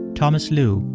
thomas lu,